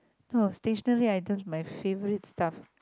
oh stationary items my favourite stuff